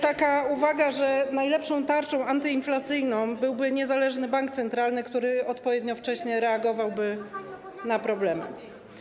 Taka uwaga, że najlepszą tarczą antyinflacyjną byłby niezależny bank centralny, który odpowiednio wcześnie reagowałby na problemy.